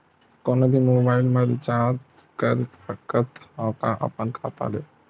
कोनो भी मोबाइल मा रिचार्ज कर सकथव का अपन खाता ले?